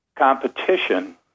competition